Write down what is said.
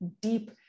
deep